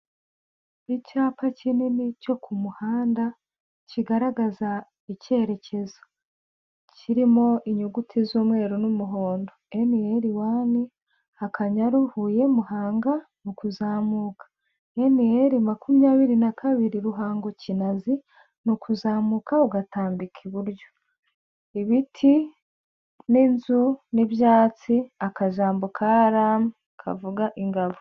Icyapa kinini cyo ku muhanda kigaragaza icyerekezo, kirimo inyuguti z'umweru n'umuhondo NR wani hakanyaruhu muhanga mu kuzamuka mwene NR 22 ruhango kinazi ni ukuzamuka ugatambika iburyo ibiti n'inzu n'ibyatsi akajambo ka ram kavuga ingabo.